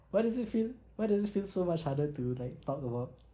why does it feel why does it feel so much harder to like talk about